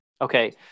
Okay